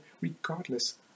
regardless